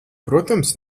protams